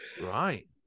Right